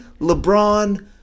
LeBron